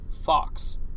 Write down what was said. Fox